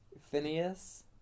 Phineas